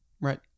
right